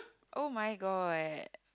oh-my-god